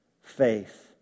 faith